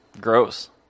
Gross